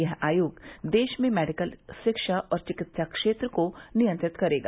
यह आयोग देश में मेडिकल शिक्षा और चिकित्सा क्षेत्र को नियंत्रित करेगा